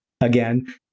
again